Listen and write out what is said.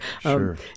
Sure